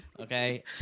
Okay